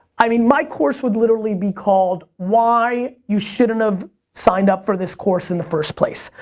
i mean, my course would literally be called why you shouldn't have signed up for this course in the first place,